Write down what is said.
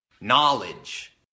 knowledge